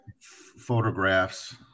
photographs